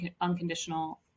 unconditional